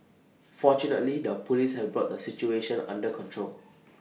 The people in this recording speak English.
fortunately the Police have brought the situation under control